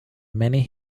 many